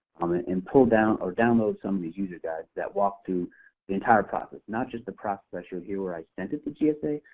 um ah and pull-down or download some of the users that that walk through the entire process. not just the process i showed here where i sent it to gsa,